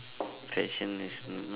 the question is not